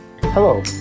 Hello